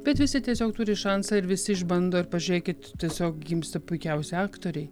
bet visi tiesiog turi šansą ir visi išbando ir pažiūrėkit tiesiog gimsta puikiausi aktoriai